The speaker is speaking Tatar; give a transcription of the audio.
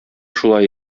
шулай